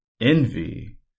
envy